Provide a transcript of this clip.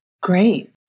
Great